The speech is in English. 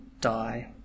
die